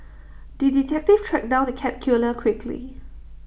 the detective tracked down the cat killer quickly